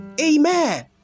Amen